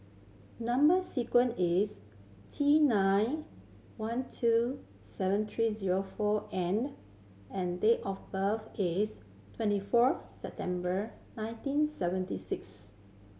number sequence is T nine one two seven three zero four N and date of birth is twenty four September nineteen seventy six